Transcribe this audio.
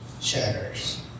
shatters